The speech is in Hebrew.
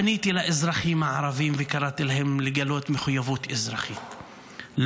פניתי לאזרחים הערבים וקראתי להם לגלות מחויבות אזרחית,